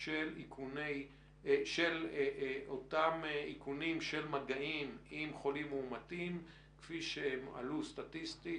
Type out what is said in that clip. של אותם איכונים של מגעים עם חולים מאומתים כפי שעלו סטטיסטית,